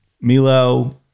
Milo